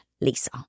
Lisa